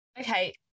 okay